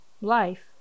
life